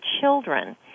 children